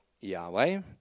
Yahweh